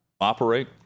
operate